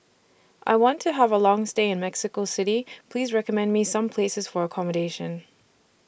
I want to Have A Long stay in Mexico City Please recommend Me Some Places For accommodation